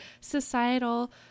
societal